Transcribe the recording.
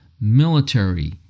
military